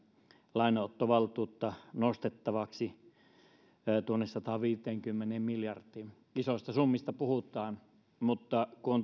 lainanottovaltuutta nostettavaksi sataanviiteenkymmeneen miljardiin isoista summista puhutaan mutta kun